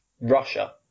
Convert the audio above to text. Russia